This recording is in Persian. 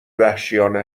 وحشیانه